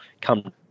come